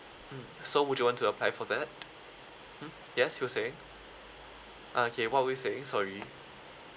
mm so would you want to apply for that mm yes you were saying uh okay what were you saying sorry